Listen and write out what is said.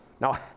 Now